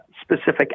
specific